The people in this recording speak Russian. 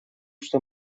что